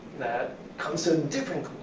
that comes to different